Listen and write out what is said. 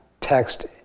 text